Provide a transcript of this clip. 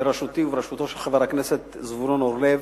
בראשותי ובראשותו של חבר הכנסת זבולון אורלב,